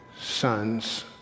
sons